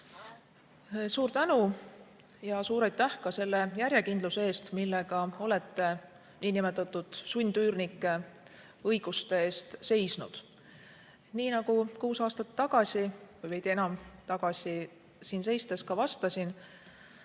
Suur tänu! Suur aitäh ka selle järjekindluse eest, millega olete nn sundüürnike õiguste eest seisnud! Nii nagu kuus aastat tagasi või veidi enam tagasi siin seistes ka vastasin,